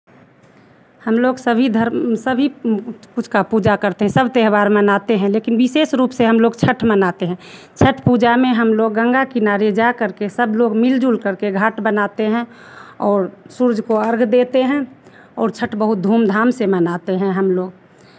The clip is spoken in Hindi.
हम लोग सभी धर्म सभी कुछ का पूजा करते हैं सब त्योहार मनाते हैं लेकिन विशेष रूप से हम लोग छठ मनाते हैं छठ पूजा में हम लोग गंगा किनारे जाकर के सब लोग मिल जुलकर के घाट बनाते हैं और सूर्य को अर्घ्य देते हैं और छठ बहुत धूमधाम से मनाते हैं हम लोग